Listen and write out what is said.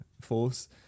force